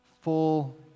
full